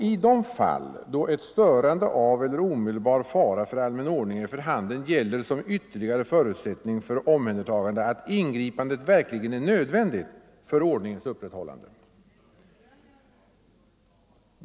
I de fall då ett störande av eller omedelbar fara för allmän ordning är för handen, gäller som ytterligare förutsättning för omhändertagande att ingripandet verkligen är nödvändigt för ordningens upprätthållande.